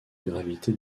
gravité